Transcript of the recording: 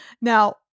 Now